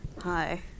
Hi